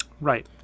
Right